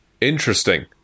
Interesting